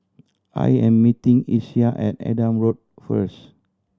I am meeting Isiah at Adam Road first